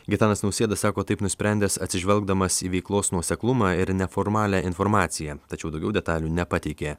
gitanas nausėda sako taip nusprendęs atsižvelgdamas į veiklos nuoseklumą ir neformalią informaciją tačiau daugiau detalių nepateikė